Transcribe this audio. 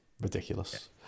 ridiculous